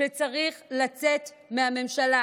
שצריך לצאת מהממשלה,